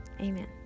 amen